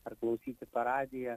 ar klausyti per radiją